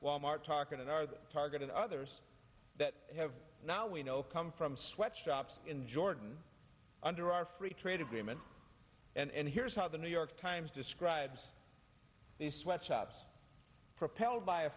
wal mart talking in our targeted others that have now we know come from sweatshops in jordan under our free trade agreement and here's how the new york times describes these sweatshops propelled by a